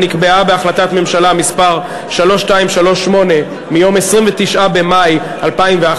שנקבעה בהחלטת הממשלה 3238 מיום 29 במאי 2011,